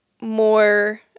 more